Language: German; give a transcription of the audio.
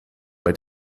bei